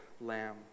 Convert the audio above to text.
lamb